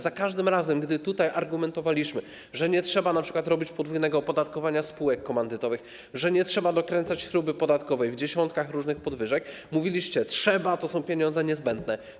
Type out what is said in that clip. Za każdym razem, gdy argumentowaliśmy, że np. nie trzeba wprowadzać podwójnego opodatkowania spółek komandytowych, nie trzeba dokręcać śruby podatkowej w dziesiątkach różnych podwyżek, mówiliście: trzeba, to są pieniądze niezbędne.